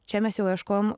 čia mes jau ieškojom